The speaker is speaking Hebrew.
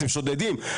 אתם שודדים.